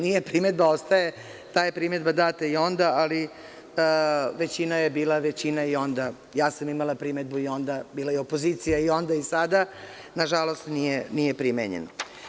Nije, primedba ostaje, ta je primedba data i onda, ali većina je bila većina i onda ja sam imala primedbu i onda bila je opozicija i onda i sada, nažalost nije primenjen.